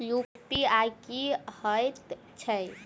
UPI की हएत छई?